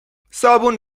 صابون